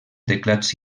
teclats